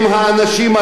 אחרי 35,